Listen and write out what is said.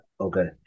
Okay